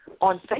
on